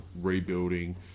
rebuilding